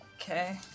Okay